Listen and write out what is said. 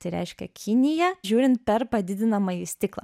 tai reiškia kinija žiūrint per padidinamąjį stiklą